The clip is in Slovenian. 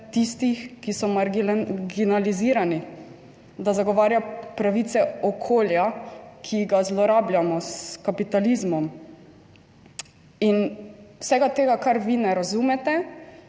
tistih, ki so mariginalizirani. Da zagovarja pravice okolja, ki ga zlorabljamo s kapitalizmom in vsega tega, kar vi ne razumete,